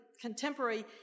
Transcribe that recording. contemporary